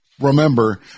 remember